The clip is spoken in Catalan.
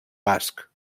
basc